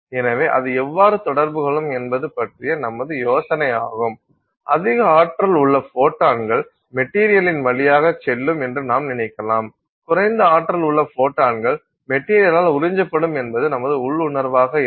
எனவே அது எவ்வாறு தொடர்பு கொள்ளும் என்பது பற்றிய நமது யோசனையாகும் அதிக ஆற்றல் உள்ள ஃபோட்டான்கள் மெட்டீரியலின் வழியாகச் செல்லும் என்று நாம் நினைக்கலாம் குறைந்த ஆற்றல் உள்ள ஃபோட்டான்கள் மெட்டீரியலால் உறிஞ்சப்படும் என்பது நம் உள்ளுணர்வாக இருக்கும்